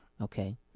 Okay